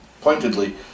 pointedly